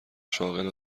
شاغل